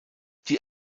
die